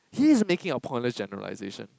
he's making a pointless generalization